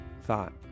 thought